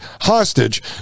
hostage